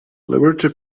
liberty